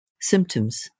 symptoms